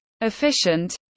efficient